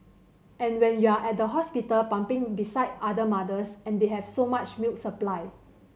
and when you're at the hospital pumping beside other mothers and they have so much milk supply